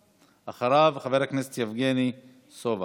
ואחריו, חבר הכנסת יבגני סובה.